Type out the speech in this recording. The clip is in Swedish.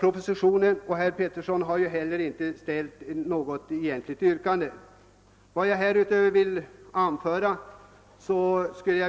propositionen skall avslås, och herr Pettersson i Lund har inte heller ställt något egentligt yrkande.